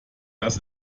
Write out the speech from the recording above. das